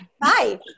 Bye